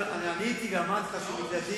עניתי גם ואמרתי לך שמקלטים,